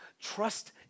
trust